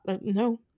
No